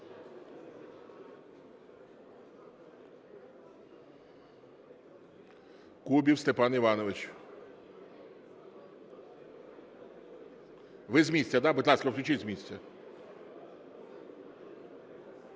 Кубів Степан Іванович. Ви з місця, да? Будь ласка, включіть з місця.